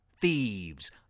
thieves